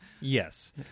Yes